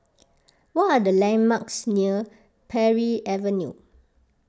what are the landmarks near Parry Avenue